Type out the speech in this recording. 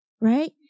right